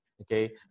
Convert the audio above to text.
okay